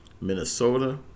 Minnesota